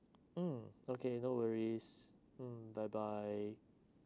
mm okay no worries mm bye bye